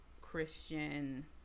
Christian